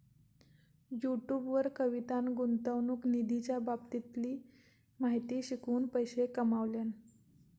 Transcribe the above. YouTube वर कवितान गुंतवणूक निधीच्या बाबतीतली माहिती शिकवून पैशे कमावल्यान